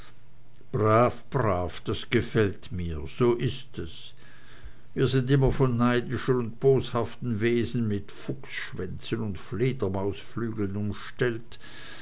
brav brav das gefällt mir so ist es wir sind immer von neidischen und boshaften wesen mit fuchsschwänzen und fledermausflügeln umstellt